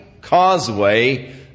causeway